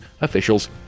officials